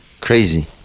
Crazy